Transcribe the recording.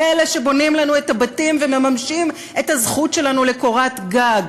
אלה שבונים לנו את הבתים ומממשים את הזכות שלנו לקורת גג,